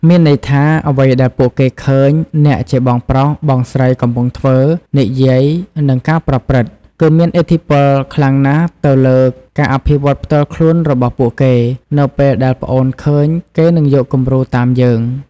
មានន័យថា អ្វីដែលពួកគេឃើញអ្នកជាបងប្រុសបងស្រីកំពុងធ្វើ និយាយ និងកាប្រព្រឹត្ត គឺមានឥទ្ធិពលខ្លាំងណាស់ទៅលើការអភិវឌ្ឍផ្ទាល់ខ្លួនរបស់ពួកគេនៅពេលដែលប្អូនឃើញគេនឹងយកគម្រូតាមយើង ។